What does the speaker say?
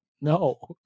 No